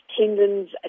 tendons